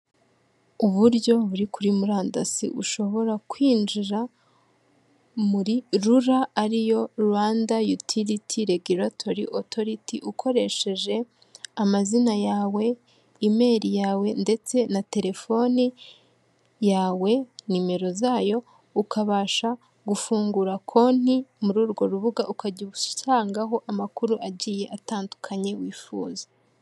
Uburyo buri kuri murandasi ushobora kwinjira muri rura ariyo Rwanda yutiriti regiratoryi otoriti, ukoresheje amazina yawe, imeli yawe ndetse na telefoni yawe nimero zayo ukabasha gufungura konti muri urwo rubuga, ukajya usangaho amakuru agiye atandukanye wifuza.